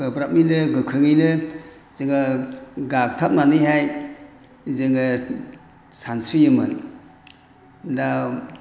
गोब्राबैनो गोख्रोङैनो जोङो गाग्थाबनानैहाय जोङो सानस्रियोमोन दा